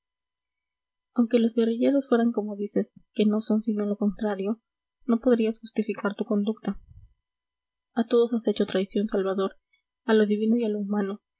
aunque los guerrilleros fueran como dices que no son sino lo contrario no podrías justificar tu conducta a todos has hecho traición salvador a lo divino y a lo humano